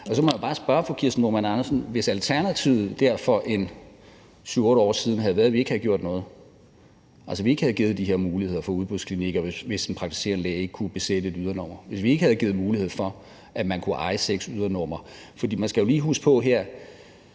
Kirsten Normann Andersen, at alternativet der for en 7-8 år siden jo kunne have været, at vi ikke havde gjort noget, altså at vi ikke havde givet de her muligheder for udbudsklinikker, hvis en praktiserende læge ikke kunne besætte et ydernummer, og ikke havde givet mulighed for, at man kunne eje seks ydernumre. For man skal jo lige huske på her,